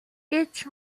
each